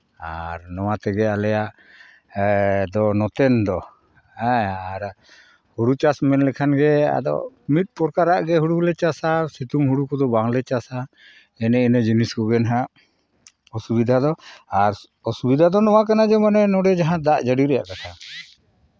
ᱟᱨ ᱱᱚᱣᱟ ᱛᱮᱜᱮ ᱟᱞᱮᱭᱟᱜ ᱫᱚ ᱱᱚᱛᱮᱱ ᱫᱚ ᱮ ᱟᱨ ᱦᱩᱲᱩ ᱪᱟᱥ ᱢᱮᱱ ᱞᱮᱠᱷᱟᱱ ᱜᱮ ᱟᱫᱚ ᱢᱤᱫ ᱯᱨᱚᱠᱟᱨᱟᱜ ᱜᱮ ᱦᱩᱲᱩᱞᱮ ᱪᱟᱥᱟ ᱥᱤᱛᱩᱝ ᱦᱩᱲᱩ ᱠᱚᱫᱚ ᱵᱟᱝᱞᱮ ᱪᱟᱥᱟ ᱮᱱᱮ ᱤᱱᱟᱹ ᱡᱤᱱᱤᱥ ᱠᱚᱜᱮ ᱦᱟᱸᱜ ᱚᱥᱩᱵᱤᱫᱷᱟ ᱫᱚ ᱟᱨ ᱚᱥᱩᱵᱤᱫᱷᱟ ᱫᱚ ᱱᱚᱣᱟ ᱠᱟᱱᱟ ᱡᱮ ᱢᱟᱱᱮ ᱱᱚᱰᱮ ᱡᱟᱦᱟᱸ ᱫᱟᱜ ᱡᱟᱹᱲᱤ ᱨᱮᱭᱟᱜ ᱠᱟᱛᱷᱟ